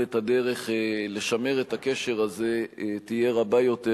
את הדרך לשמר את הקשר הזה תהיה רבה יותר,